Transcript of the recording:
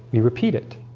we repeat it.